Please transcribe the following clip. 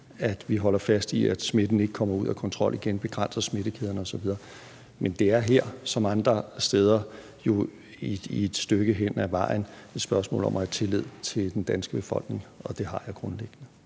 at vi holder fast i, at smitten ikke kommer ud af kontrol igen, og begrænser smittekæderne osv. Men det er her som andre steder jo et stykke hen ad vejen et spørgsmål om at have tillid til den danske befolkning, og det har jeg grundlæggende.